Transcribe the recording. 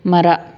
ಮರ